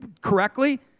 correctly